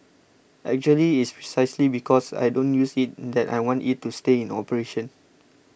actually it's precisely because I don't use it that I want it to stay in operation